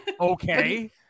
okay